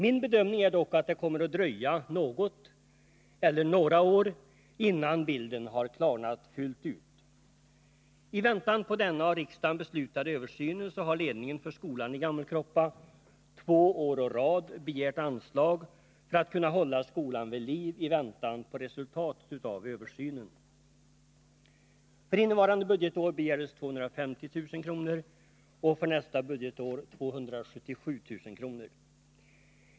Min bedömning är dock att det kommer att dröja något eller några år innan bilden har klarnat fullt ut. I väntan på resultatet av den av riksdagen beslutade översynen har ledningen för skolan i Gammelkroppa två år å rad begärt anslag för att kunna hålla skolan vid liv. För innevarande budgetår begärdes 250 000 kr. och för nästa budgetår 277 000 kr.